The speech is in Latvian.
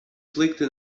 slikti